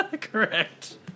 Correct